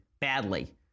badly